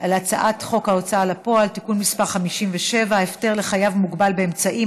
על הצעת חוק ההוצאה לפועל (תיקון מס' 57) (הפטר לחייב מוגבל באמצעים),